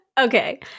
Okay